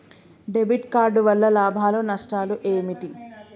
Debit card వల్ల లాభాలు నష్టాలు ఏమిటి?